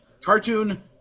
cartoon